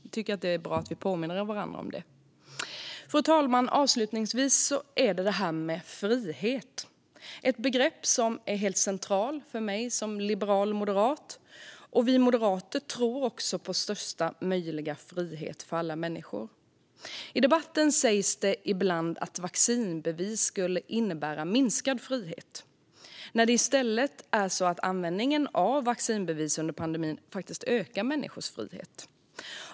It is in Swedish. Jag tycker att det är bra att vi påminner varandra om det. Fru talman! Avslutningsvis har vi det här med frihet - ett begrepp som är helt centralt för mig som liberal moderat. Vi moderater tror på största möjliga frihet för alla människor. I debatten sägs det ibland att vaccinbevis skulle innebära minskad frihet, när det i stället är så att användningen av vaccinbevis under pandemin faktiskt ökar människors frihet.